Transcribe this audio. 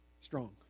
strong